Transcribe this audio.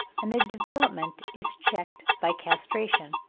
and their development is checked by castration.